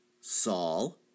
Saul